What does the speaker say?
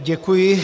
Děkuji.